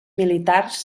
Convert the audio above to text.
militars